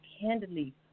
candidly